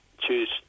choose